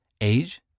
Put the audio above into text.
Age